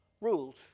rules